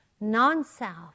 Non-self